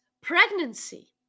pregnancy